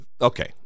Okay